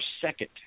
second